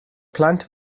plant